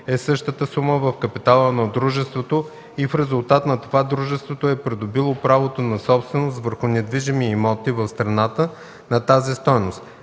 е същата сума в капитала на дружеството и в резултат на това дружеството е придобило правото на собственост върху недвижими имоти в страната на тази стойност;